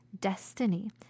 destiny